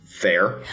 fair